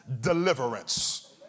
deliverance